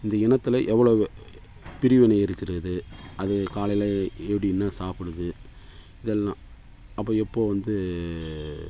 இந்த இனத்தில் எவ்வளவு பிரிவினை இருக்கிறது அது காலையில் எப்படி என்ன சாப்பிடுது இதெல்லாம் அப்போது எப்போ வந்து